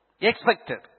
Expected